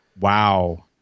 Wow